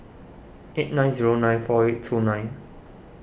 eight nine zero nine four eight two nine